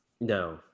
no